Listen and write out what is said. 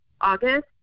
August